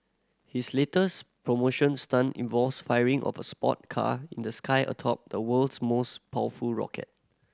his latest promotion stunt involves firing off a sport car in the sky atop the world's most powerful rocket